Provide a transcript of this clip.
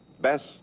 best